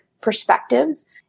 perspectives